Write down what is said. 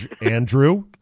Andrew